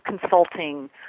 consulting